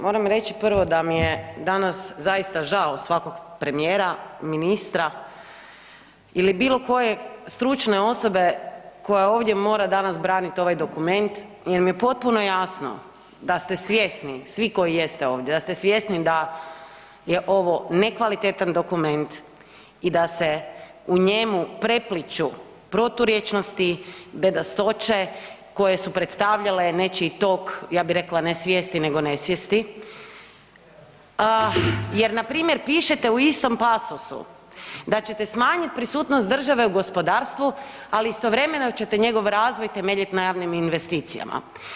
Moram reći da mi je danas zaista žao svakog premijera, ministra ili bilokoje stručne osobe koja ovdje mora danas braniti ovaj dokument jer mi je potpuno jasno da ste svjesni svi koji jeste ovdje, da ste svjesni da je ovo nekvalitetan dokument i da se u njemu prepliću proturječnosti, bedastoće koje su predstavljale nečiji tok ja bi rekla ne svijesti nego nesvijesti jer na npr. pišete u istom pasosu da ćete smanjiti prisutnost države u gospodarstvu ali istovremeno ćete njegov razvoj temeljiti na javnim investicijama.